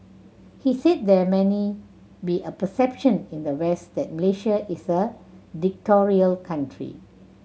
he said there many be a perception in the West that Malaysia is a dictatorial country